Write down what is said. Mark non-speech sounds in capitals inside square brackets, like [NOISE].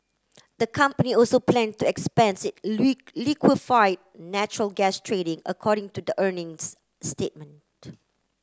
the company also plan to expand its [UNINTELLIGIBLE] liquefied natural gas trading according to the earnings statement